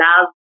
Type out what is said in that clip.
love